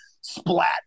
splat